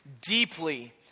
deeply